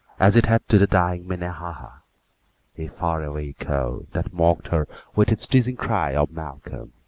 as it had to the dying minnehaha a far-away echo that mocked her with its teasing cry of mal-colm!